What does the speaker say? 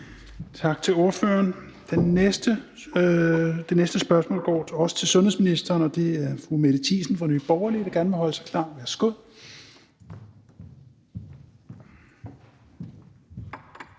tak til spørgeren. Det næste spørgsmål er også til sundhedsministeren, og det er fra fru Mette Thiesen fra Nye Borgerlige, der gerne må holde sig klar. Kl.